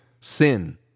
sin